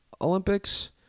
Olympics